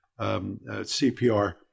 CPR